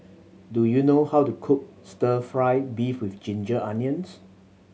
do you know how to cook Stir Fry beef with ginger onions